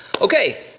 Okay